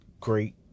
great